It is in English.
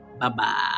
Bye-bye